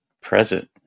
present